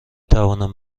توانم